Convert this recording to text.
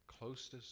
closest